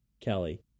Kelly